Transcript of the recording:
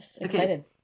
excited